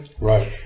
Right